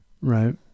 Right